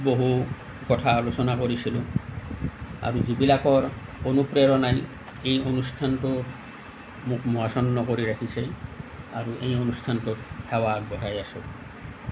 বহু কথা আলোচনা কৰিছিলোঁ আৰু যিবিলাকৰ অনুপ্ৰেৰণাই সেই অনুষ্ঠানটোৰ মোক মোহাচছন্ন কৰি ৰাখিছিল আৰু এই অনুষ্ঠানটোত সেৱা আগবঢ়াই আছো